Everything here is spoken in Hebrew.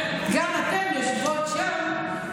גם אתן יושבות שם,